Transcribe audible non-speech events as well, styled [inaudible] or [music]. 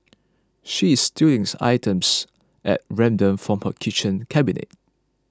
she's stealing [noise] items at random from her kitchen cabinet